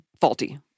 faulty